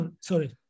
Sorry